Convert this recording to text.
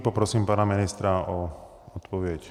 Poprosím pana ministra o odpověď.